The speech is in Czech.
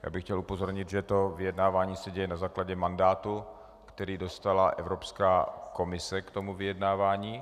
Já bych chtěl upozornit, že to vyjednávání se děje na základě mandátu, který dostala Evropská komise k tomu vyjednávání.